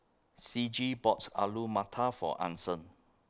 Ciji bought Alu Matar For Anson